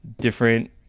different